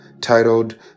titled